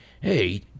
hey